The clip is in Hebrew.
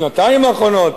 בשנתיים האחרונות,